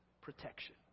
protection